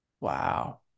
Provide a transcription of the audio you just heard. Wow